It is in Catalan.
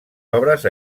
obres